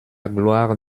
gloire